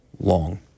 long